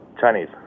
Chinese